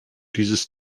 dieses